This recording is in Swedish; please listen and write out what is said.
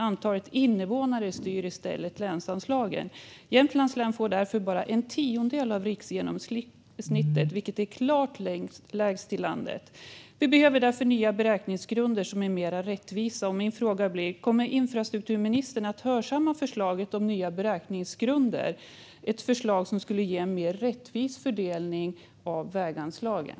Antalet invånare styr i stället länsanslagen. Jämtland län får därför bara en tiondel av riksgenomsnittet vilket är klart lägst i landet. Vi behöver därför nya beräkningsgrunder som är mer rättvisa. Min fråga blir: Kommer infrastrukturministern att hörsamma förslaget om nya beräkningsgrunder, ett förslag som skulle ge en mer rättvis fördelning av väganslagen?